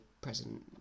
president